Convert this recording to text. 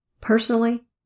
Personally